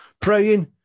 praying